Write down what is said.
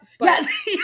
Yes